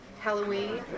Halloween